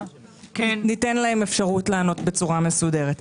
ניתן להם אפשרות לענות בצורה מסודרת.